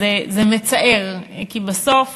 אז זה מצער, כי בסוף